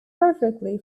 perfectly